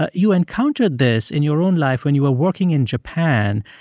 ah you encountered this in your own life when you were working in japan.